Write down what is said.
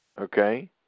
okay